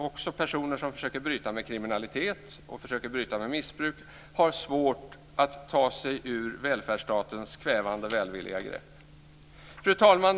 Också personer som försöker bryta med kriminalitet och missbruk har svårt att ta sig ur välfärdsstatens kvävande välvilliga grepp. Fru talman!